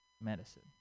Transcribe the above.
Medicine